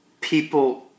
people